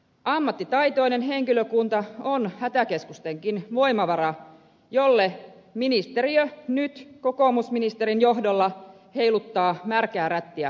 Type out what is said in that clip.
ammattitaitoinen henkilökunta on hätäkeskustenkin voimavara jolle ministeriö nyt kokoomusministerin johdolla heiluttaa märkää rättiä kasvoille